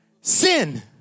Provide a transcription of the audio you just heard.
sin